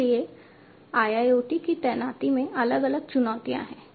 इसलिए IIoT की तैनाती में अलग अलग चुनौतियां हैं